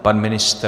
Pan ministr?